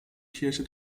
kirche